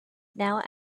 now